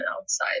outside